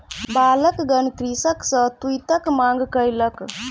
बालकगण कृषक सॅ तूईतक मांग कयलक